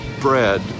bread